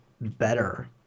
better